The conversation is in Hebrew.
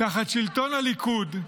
תחת שלטון הליכוד,